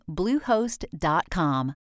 bluehost.com